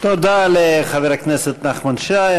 תודה לחבר הכנסת נחמן שי.